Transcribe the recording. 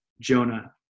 Jonah